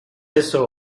eso